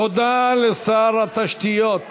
תודה לשר התשתיות הלאומיות,